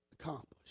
accomplished